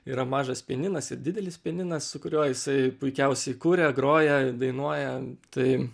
yra mažas pianinas ir didelis pianinas su kuriuo jisai puikiausiai kuria groja dainuoja tai